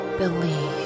believe